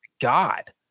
God